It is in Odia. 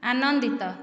ଆନନ୍ଦିତ